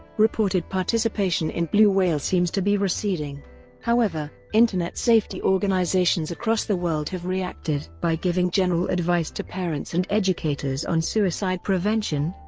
reported participation in blue whale seems to be receding however, internet safety organisations across the world have reacted by giving general advice to parents and educators on suicide prevention,